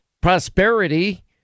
prosperity